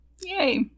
yay